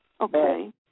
Okay